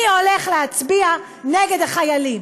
מי הולך להצביע נגד החיילים?